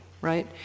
right